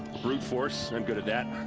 brute force, i'm good at that.